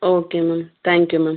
okay ma'am thank you ma'am